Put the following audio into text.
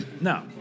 No